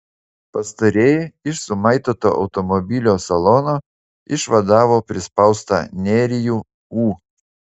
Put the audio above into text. pastarieji iš sumaitoto automobilio salono išvadavo prispaustą nerijų ū